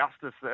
justice